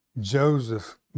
Joseph